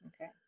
okay